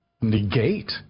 negate